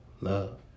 love